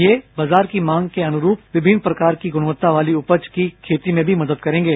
ये बाजार की मांग के अनुरूप विभिन्न प्रकार की गुणवात्ता वाली उपज की खेती में भी मदद करेंगे